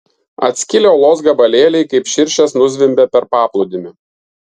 atskilę uolos gabalėliai kaip širšės nuzvimbė per paplūdimį